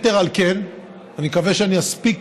אני מקווה שאני אספיק,